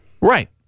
right